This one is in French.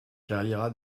carriera